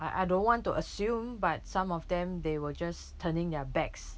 I I don't want to assume but some of them they were just turning their backs